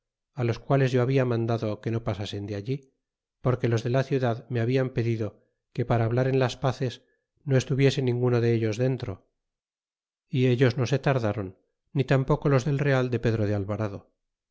los quales yo habla mandado que no pasasen de ahí porque los de la ciudad me hablan pedido que para hallar en las paces no estuviese ninguno de ellos dentro y ellos no se tardron ni tampoco los del real de pedro de alvarado